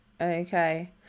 Okay